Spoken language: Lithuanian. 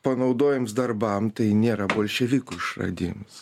panaudojims darbam tai nėra bolševikų išradims